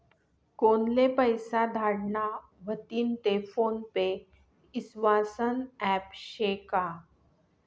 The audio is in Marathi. कोनले पैसा धाडना व्हतीन ते फोन पे ईस्वासनं ॲप शे का?